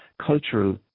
cultural